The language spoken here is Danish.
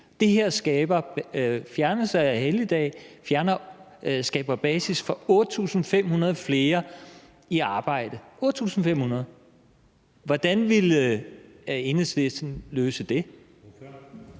Fjernelse af en helligdag skaber basis for 8.500 flere i arbejde – 8.500! Hvordan ville Enhedslisten løse det?